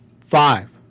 five